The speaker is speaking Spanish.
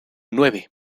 nueve